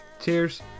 Cheers